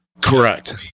Correct